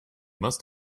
must